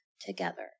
together